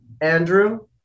Andrew